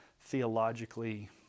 theologically